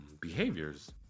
behaviors